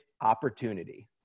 opportunity